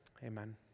Amen